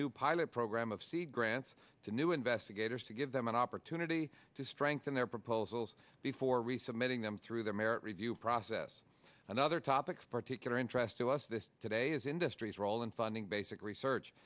new pilot program of c grants to new investigators to give them an opportunity to strengthen their proposals before resubmitting them through their merit review process and other topics particular interest to us this today is industry's role in funding basic research